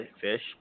fish